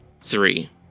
three